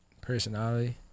personality